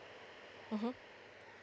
mmhmm